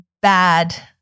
bad